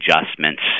adjustments